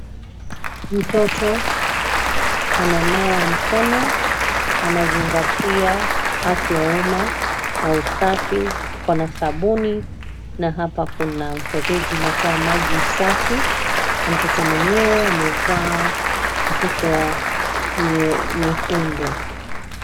Mtoto ananawa mikono, anazingatia afya ya umma na usafi ,ako sabuni na hapa kuna mfereji unatoa maji safi. Mtoto mwenyewe amevaa mvuto nyekundu.